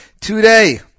Today